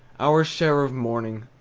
our share of morning,